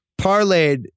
parlayed